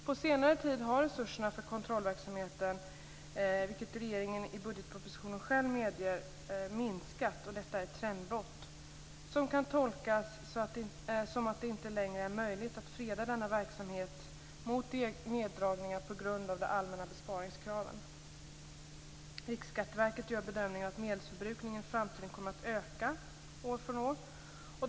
På senare tid har resurserna minskat för kontrollverksamheten, vilket regeringen i budgetpropositionen själv medger är ett trendbrott. Detta kan tolkas som att det inte längre är möjligt att freda denna verksamhet från neddragningar på grund av de allmänna besparingskraven. Riksskatteverket gör bedömningen att medelsförbrukningen i framtiden kommer att öka år för år.